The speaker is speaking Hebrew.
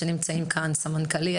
סמנכ"לים,